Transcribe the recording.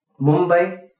mumbai